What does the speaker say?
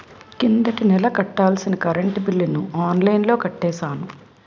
కిందటి నెల కట్టాల్సిన కరెంట్ బిల్లుని ఆన్లైన్లో కట్టేశాను